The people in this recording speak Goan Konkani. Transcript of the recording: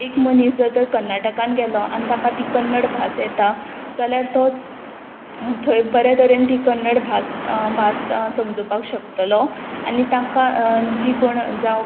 एक मनीस जर तर कर्नाटकान गेलो आनी ताका ती कन्नड भास येता जाल्यार तो थंय बरे तरेन ती कन्नड भास भास समजुपाक शकतलो आनी तांकां जी कोण जावं